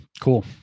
Cool